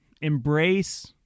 embrace